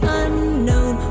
unknown